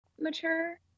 mature